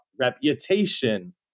reputation